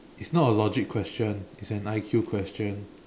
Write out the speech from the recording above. it's not a logic question it's an I_Q question